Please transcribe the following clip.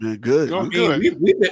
Good